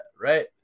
right